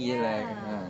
ya